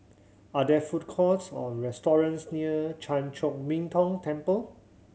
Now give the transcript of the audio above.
are there food courts or restaurants near Chan Chor Min Tong Temple